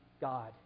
God